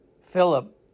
Philip